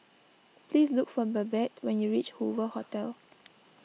please look for Babette when you reach Hoover Hotel